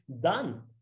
done